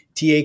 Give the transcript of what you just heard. TA